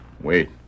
Wait